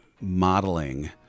modeling